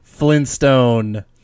Flintstone